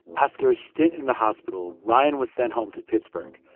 after a stint in the hospital, ryan was sent home to pittsburgh.